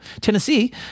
Tennessee